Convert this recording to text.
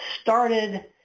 started